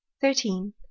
thirteen